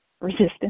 resistance